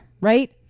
right